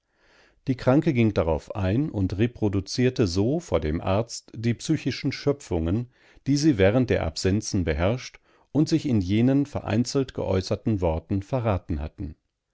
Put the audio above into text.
die kranke ging darauf ein und reproduzierte so vor dem arzt die psychischen schöpfungen die sie während der absenzen beherrscht und sich in jenen vereinzelt geäußerten worten verraten hatten